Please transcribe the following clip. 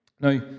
Now